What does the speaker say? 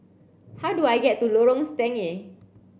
how do I get to Lorong Stangee